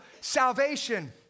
salvation